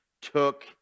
took